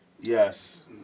Yes